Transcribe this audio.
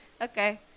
Okay